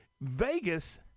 Vegas